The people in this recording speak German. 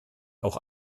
auch